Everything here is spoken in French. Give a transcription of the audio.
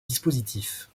dispositif